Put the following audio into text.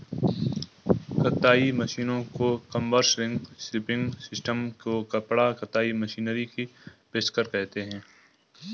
कताई मशीनों को कॉम्बर्स, रिंग स्पिनिंग सिस्टम को कपड़ा कताई मशीनरी की पेशकश करते हैं